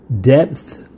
Depth